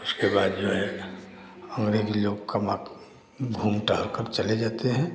उसके बाद जो है अँग्रेज लोग कमा घूम टहल कर चले जाते हैं